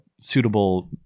suitable